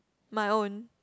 my own